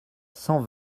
cent